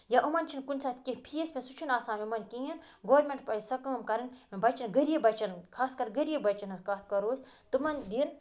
یا یِمَن چھِنہٕ کُنہِ ساتہٕ کیٚنٛہہ فیٖس ویٖس سُہ چھُنہٕ آسان یِمَن کِہیٖنۍ گورمیٚنٹ پَزِ سۄ کٲم کَرٕنۍ بَچَن غریب بَچَن خاص کَر غریب بَچَن ہٕنٛز کَتھ کَرو أسۍ تِمَن دِن